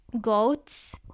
goats